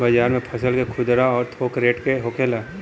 बाजार में फसल के खुदरा और थोक रेट का होखेला?